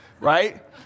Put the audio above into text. right